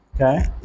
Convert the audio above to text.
Okay